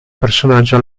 personaggio